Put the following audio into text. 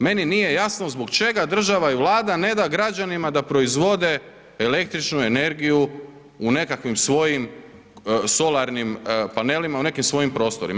Meni nije jasno zbog čega država i Vlada ne da građanima da proizvode električnu energiju u nekakvim svojim solarnim panelima, u nekim svojim prostorima.